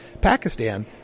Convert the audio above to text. Pakistan